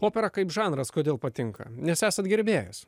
opera kaip žanras kodėl patinka nes esat gerbėjas